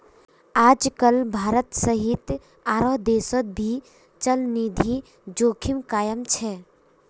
आजकल भारत सहित आरो देशोंत भी चलनिधि जोखिम कायम छे